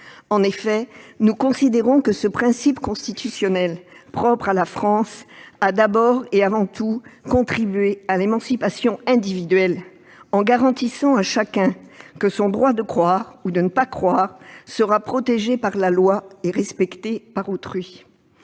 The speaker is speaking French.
En effet, nous considérons que ce principe constitutionnel, propre à la France, a d'abord et avant tout contribué à l'émancipation individuelle en garantissant à chacun que son droit de croire ou de ne pas croire serait protégé par la loi et respecté par autrui.